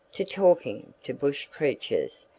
to talking to bush creatures,